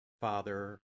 Father